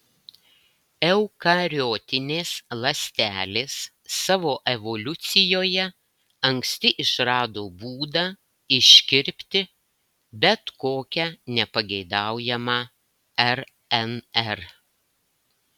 eukariotinės ląstelės savo evoliucijoje anksti išrado būdą iškirpti bet kokią nepageidaujamą rnr